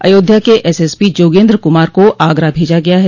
अयोध्या के एसएसपी जोगेन्द्र कुमार को आगरा भेजा गया है